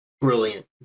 Brilliant